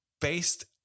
based